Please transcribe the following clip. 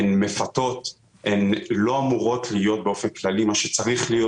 הן מפתות הן לא אמורות להיות באופן כללי מה שצריך להיות.